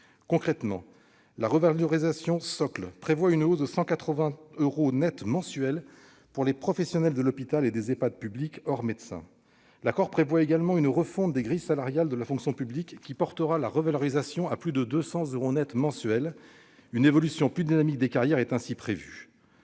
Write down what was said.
Concrètement, la revalorisation « socle » prévoit une hausse de 183 euros nets mensuels pour les professionnels de l'hôpital et des Ehpad publics, hors médecins. L'accord prévoit également une refonte des grilles salariales de la fonction publique qui portera la revalorisation à plus de 200 euros nets mensuels. Une évolution plus dynamique des carrières est ainsi prévue.